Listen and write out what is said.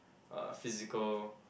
uh physical